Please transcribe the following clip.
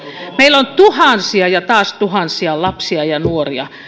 meillä on tuhansia ja taas tuhansia lapsia ja nuoria